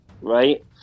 right